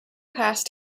past